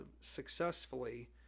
successfully